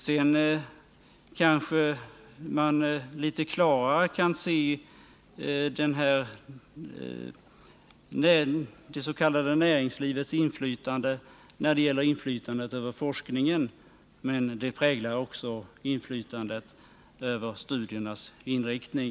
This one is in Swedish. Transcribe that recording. Man kanske litet klarare kan se det s.k. näringslivets inflytande över forskningen. Men detta inflytande präglar också studiernas inriktning.